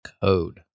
code